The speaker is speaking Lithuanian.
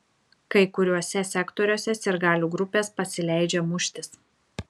kai kuriuose sektoriuose sirgalių grupės pasileidžia muštis